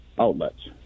outlets